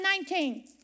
19